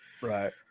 Right